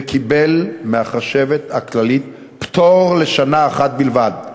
וקיבל מהחשבת הכללית פטור לשנה אחת בלבד.